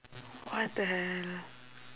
what the hell